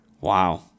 Wow